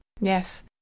Yes